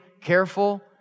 careful